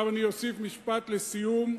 אני אוסיף משפט לסיום,